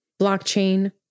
blockchain